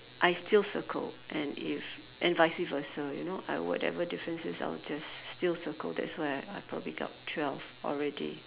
I still circle and if and vice versa you know I whatever differences I will just still circle that's why I I probably got twelve already